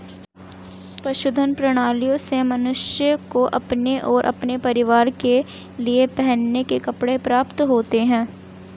पशुधन प्रणालियों से मनुष्य को अपने और अपने परिवार के लिए पहनने के कपड़े प्राप्त होते हैं